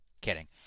Kidding